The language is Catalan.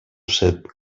set